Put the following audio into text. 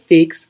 Fix